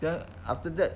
then after that